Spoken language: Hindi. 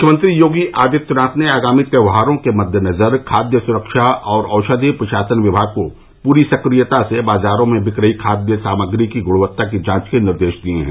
मुख्यमंत्री योगी आदित्यनाथ ने आगामी त्यौहारों के मद्देनजर खाद्य सुरक्षा और औषधि प्रशासन विभाग को पूरी सक्रियता से बाजारों में बिक रही खाद्य सामग्री की गृणवत्ता की जांच करने के निर्देश दिए हैं